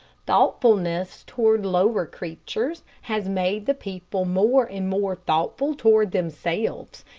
thoughtfulness toward lower creatures has made the people more and more thoughtful toward themselves,